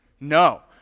No